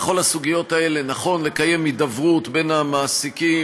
בכל הסוגיות האלה נכון לקיים הידברות בין המעסיקים,